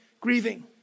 grieving